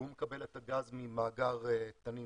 והוא מקבל את הגז ממאגר תנין-כריש.